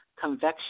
Convection